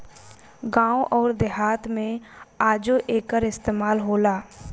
गावं अउर देहात मे आजो एकर इस्तमाल होला